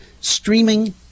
streaming